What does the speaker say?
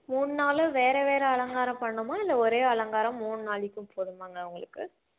மூணு நாளும் வேறு வேறு அலங்காரம் பண்ணணுமா இல்லை ஒரே அலங்காரம் மூணு நாளைக்கும் போதுமாங்க உங்களுக்கு